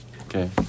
okay